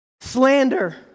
Slander